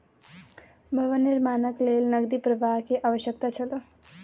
भवन निर्माणक लेल नकदी प्रवाह के आवश्यकता छल